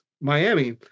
Miami